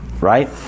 Right